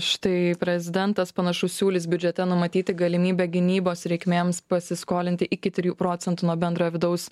štai prezidentas panašu siūlys biudžete numatyti galimybę gynybos reikmėms pasiskolinti iki trijų procentų nuo bendrojo vidaus